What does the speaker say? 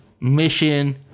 mission